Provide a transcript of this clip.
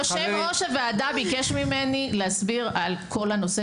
יושב-ראש הוועדה ביקש ממני להסביר על כל הנושא של ההכשרה.